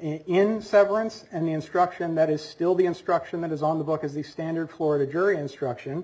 in severance and the instruction that is still the instruction that is on the book is the standard florida jury instruction